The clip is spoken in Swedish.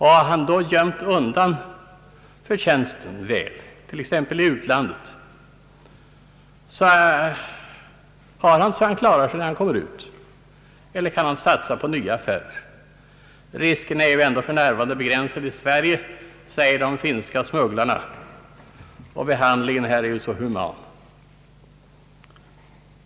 Har han då gömt undan förtjänsten väl, exempelvis i utlandet, har han så att han klarar sig när han kommer ut. Han kan också satsa på nya affärer. Risken är ändå för närvarande begränsad i Sverige, säger de finska smugglarna, och behandlingen här är så human!